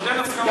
עוד אין הסכמה.